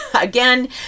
Again